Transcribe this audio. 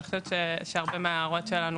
ואני חושבת שהרבה מההערות שלנו,